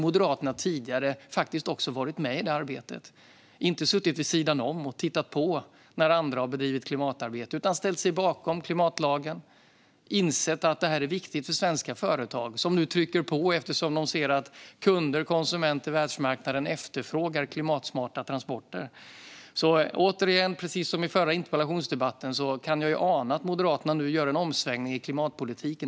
Moderaterna har tidigare faktiskt också varit med i detta arbete och inte suttit vid sidan om och tittat på när andra har bedrivit klimatarbete utan ställt sig bakom klimatlagen och insett att detta är viktigt för svenska företag som nu trycker på, eftersom de ser att kunder, konsumenter och världsmarknaden efterfrågar klimatsmarta transporter. Återigen, precis som i den förra interpellationsdebatten, kan jag ana att Moderaterna nu gör en omsvängning i klimatpolitiken.